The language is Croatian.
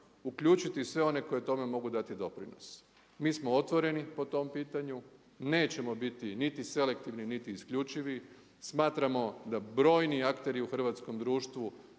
uključiti sve one koji tome mogu dati doprinos. Mi smo otvoreni po tom pitanju, nećemo biti niti selektivni, niti isključivi, smatramo da brojni akteri u hrvatskom društvu